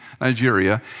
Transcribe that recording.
Nigeria